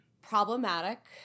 problematic